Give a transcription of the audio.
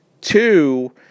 Two